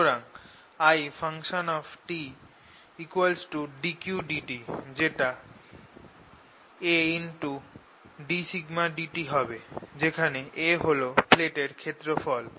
সুতরাং It dQdt যেটা Adσdt হবে যেখানে A হল প্লেট এর ক্ষেত্রফল